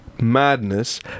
madness